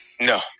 No